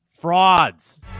frauds